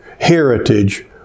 heritage